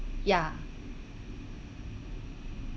ya